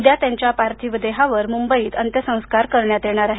उद्या त्यांच्या पार्थिव देहावर मुंबईत अंत्यसंस्कार करण्यात येणार आहेत